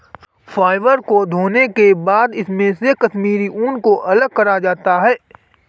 fibre को धोने के बाद इसमे से कश्मीरी ऊन को अलग करा जाता है